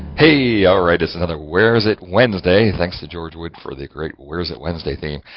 hey, all right! it's another where is it wednesday? thanks to george wood for the great, where is it wednesday theme.